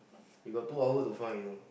you got two hour to find you know